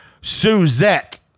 Suzette